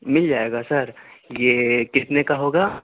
مل جائے گا سر یہ کتنے کا ہوگا